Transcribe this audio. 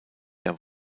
der